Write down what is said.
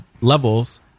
levels